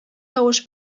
тавыш